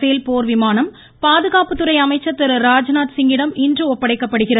பேல் போர் விமானம் பாதுகாப்புத்துறை அமைச்சர் திரு ராஜ்நாத் சிங் இடம் இன்று ஒப்படைக்கப்படுகிறது